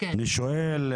אני שואל,